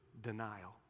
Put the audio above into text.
denial